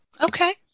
Okay